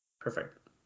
Perfect